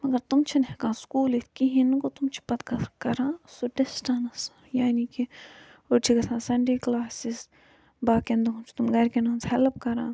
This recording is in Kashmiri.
مگر تِم چھِنہٕ ہیٚکان سکوٗل یِتھ کِہیٖنۍ گوٚو تِم چھِ پَتہٕ کران سُہ ڈِسٹنس یعنی کہِ گۄڈٕ چھِ گَژھان سَنڈے کلاسز باقیَن دۄہَن چھِ تِم گَرکٮ۪ن ہٕنٛز ہیٚلٕپ کَران